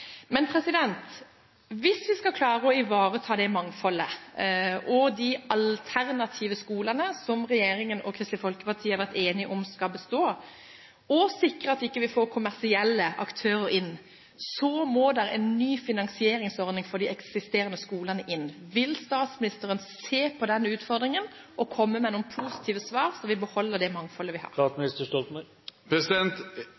Hvis vi skal klare å ivareta dette mangfoldet og de alternative skolene som regjeringen og Kristelig Folkeparti har vært enige om skal bestå, og sikre at vi ikke får kommersielle aktører inn, må det til en ny finansieringsordning for de eksisterende skolene. Vil statsministeren se på den utfordringen og komme med noen positive svar, så vi beholder det mangfoldet vi har?